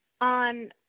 on